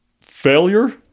failure